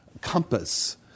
compass